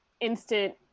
Instant